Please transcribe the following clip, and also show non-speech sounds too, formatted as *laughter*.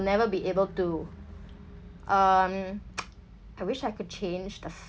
never be able to um *noise* I wish I could change the